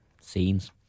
Scenes